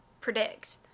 predict